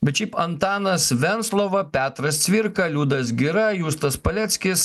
bet šiaip antanas venclova petras cvirka liudas gira justas paleckis